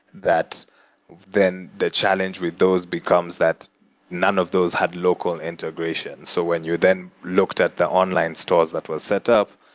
that then the challenge with those becomes that none of those had local and integrations. so when you then looked at the online stores that was set up,